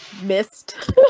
missed